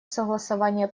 согласования